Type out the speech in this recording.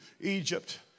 Egypt